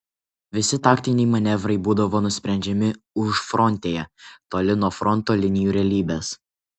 visi taktiniai manevrai būdavo nusprendžiami užfrontėje toli nuo fronto linijų realybės